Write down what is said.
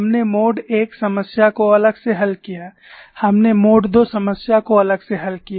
हमने mode I समस्या को अलग से हल किया हमने मोड II समस्या को अलग से हल किया